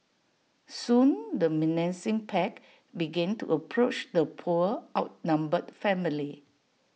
soon the menacing pack began to approach the poor outnumbered family